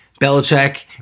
Belichick